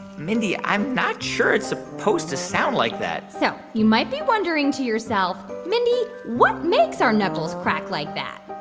mindy, i'm not sure it's supposed to sound like that so you might be wondering to yourself, mindy, what makes our knuckles crack like that?